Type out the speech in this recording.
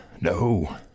No